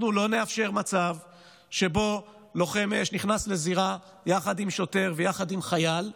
אנחנו לא נאפשר מצב שלוחם אש נכנס לזירה יחד עם שוטר ויחד עם חייל,